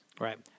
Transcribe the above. Right